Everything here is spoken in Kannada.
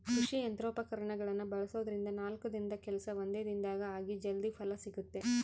ಕೃಷಿ ಯಂತ್ರೋಪಕರಣಗಳನ್ನ ಬಳಸೋದ್ರಿಂದ ನಾಲ್ಕು ದಿನದ ಕೆಲ್ಸ ಒಂದೇ ದಿನದಾಗ ಆಗಿ ಜಲ್ದಿ ಫಲ ಸಿಗುತ್ತೆ